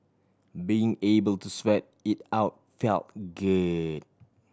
being able to sweat it out felt good